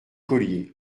collier